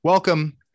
Welcome